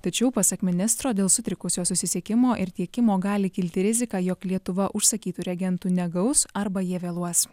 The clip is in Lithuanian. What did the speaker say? tačiau pasak ministro dėl sutrikusio susisiekimo ir tiekimo gali kilti rizika jog lietuva užsakytų reagentų negaus arba jie vėluos